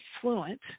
fluent